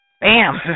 Bam